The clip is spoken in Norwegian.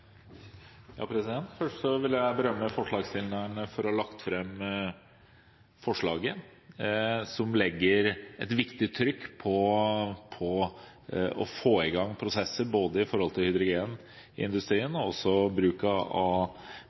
Først vil jeg berømme forslagsstillerne for å ha lagt fram forslaget, som legger et viktig trykk for å få i gang prosesser i hydrogenindustrien og også for bruk av